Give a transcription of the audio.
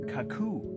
Kaku